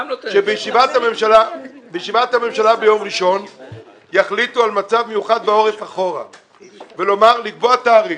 שבישיבת הממשלה ביום ראשון יחליטו על מצב מיוחד בעורף ולקבוע תאריך